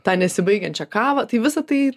tą nesibaigiančią kavą tai visą tai